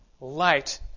light